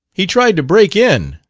he tried to break in,